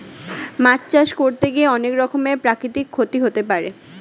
মাছ চাষ করতে গিয়ে অনেক রকমের প্রাকৃতিক ক্ষতি হতে পারে